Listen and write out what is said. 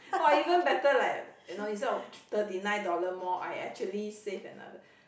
!wah! even better leh you know instead of th~ thirty nine dollar more I actually save another